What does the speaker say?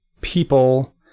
people